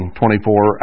24